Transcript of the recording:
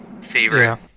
Favorite